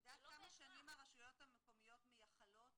את יודעת כמה שנים הרשויות המקומיות מייחלות